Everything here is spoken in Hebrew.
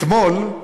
אתמול,